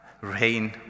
rain